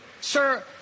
Sir